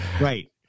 Right